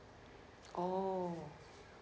orh